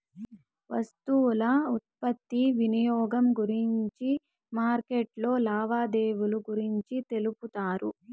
వస్తువుల ఉత్పత్తి వినియోగం గురించి మార్కెట్లో లావాదేవీలు గురించి తెలుపుతాది